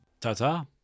Ta-ta